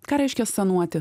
ką reiškia sanuoti